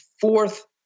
fourth